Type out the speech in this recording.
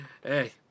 hey